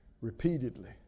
Repeatedly